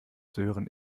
sören